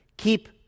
Keep